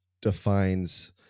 defines